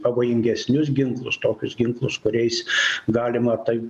pavojingesnius ginklus tokius ginklus kuriais galima tai